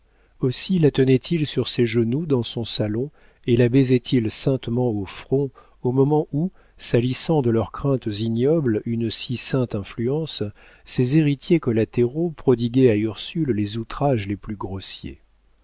aussi la tenait-il sur ses genoux dans son salon et la baisait il saintement au front au moment où salissant de leurs craintes ignobles une si sainte influence ses héritiers collatéraux prodiguaient à ursule les outrages les plus grossiers